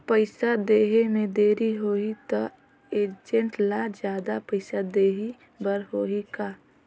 पइसा देहे मे देरी होही तो एजेंट ला जादा पइसा देही बर होही का?